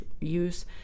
use